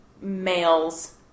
males